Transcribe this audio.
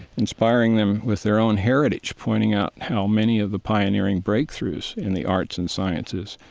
inspiring them with their own heritage, pointing out how many of the pioneering breakthroughs in the arts and sciences,